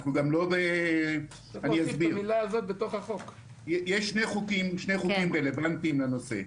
יש שני חוקים רלוונטיים לנושא.